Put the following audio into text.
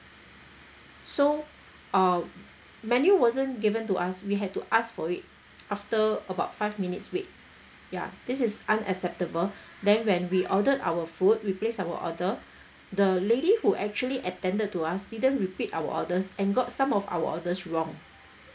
so uh menu wasn't given to us we had to ask for it after about five minutes wait ya this is unacceptable then when we ordered our food we place our order the lady who actually attended to us didn't repeat our orders and got some of our orders wrong